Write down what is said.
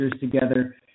together